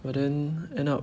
but then end up